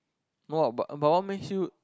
no lah but but what makes you